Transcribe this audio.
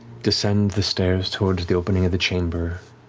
descend the stairs towards the opening of the chamber,